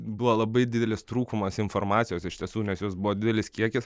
buvo labai didelis trūkumas informacijos iš tiesų nes jos buvo didelis kiekis